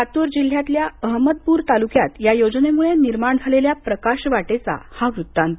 लातूर जिल्ह्यातल्या अहमदपूर तालूक्यात या योजनेमुळे निर्माण झालेल्या प्रकाशवाटेचा हा वृत्तांत